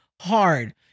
hard